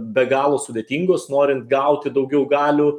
be galo sudėtingos norint gauti daugiau galių